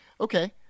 Okay